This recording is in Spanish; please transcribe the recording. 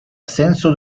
ascenso